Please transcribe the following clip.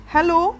Hello